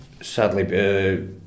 sadly